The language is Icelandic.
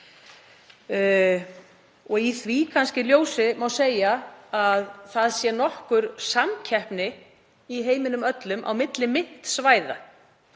Í því ljósi má segja að það sé nokkur samkeppni í heiminum öllum á milli myntsvæða.